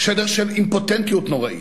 שדר של אימפוטנטיות נוראה,